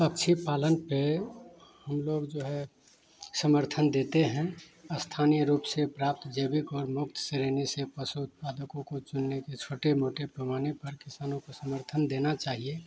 पक्षी पालन पर हम लोग जो है समर्थन देते हैं स्थानीय रूप से प्राप्त जैविक और मुक्त श्रेणी से पशु उत्पादकों को चुनने की छोटे मोटे पैमाने पर किसानों को समर्थन देना चाहिए